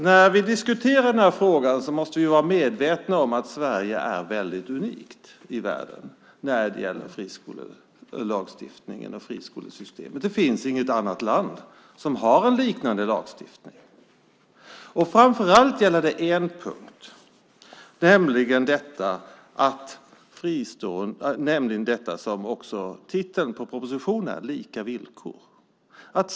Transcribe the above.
När vi diskuterar denna fråga måste vi vara medvetna om att Sverige är väldigt unikt i världen när det gäller friskolelagstiftningen och friskolesystemet. Det finns inget annat land som har en liknande lagstiftning. Framför allt gäller det en punkt, nämligen lika villkor som också framgår av titeln på propositionen.